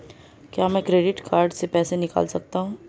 क्या मैं credit card से पैसे निकाल सकता हूँ?